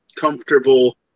comfortable